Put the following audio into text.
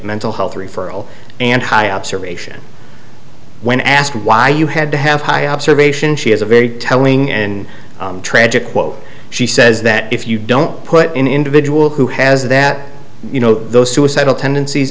mental health referral and high observation when asked why you had to have high observation she has a very telling and tragic quote she says that if you don't put an individual who has that you know those suicidal tendencies